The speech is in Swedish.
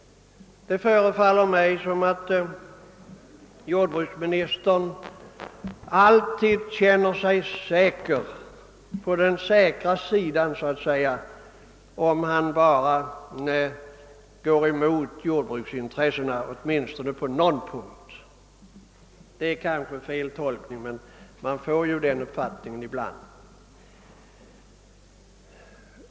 Det förefaller mig som om jordbruksministern alltid känner sig vara på den säkra sidan om han bara går emot jordbruksintressena på åtminstone någon punkt. Det är kanske en missuppfattning men man får ibland den känslan.